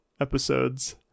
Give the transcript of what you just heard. episodes